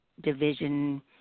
division